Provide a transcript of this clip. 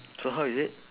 so how is it